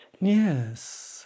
Yes